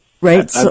right